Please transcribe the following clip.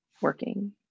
working